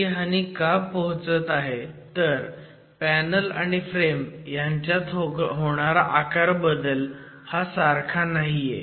ही हानी का पोहोचत आहे तर पॅनल आणि फ्रेम ह्यांच्यात होणारा आकातबदल हा सारखा नाहीये